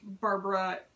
Barbara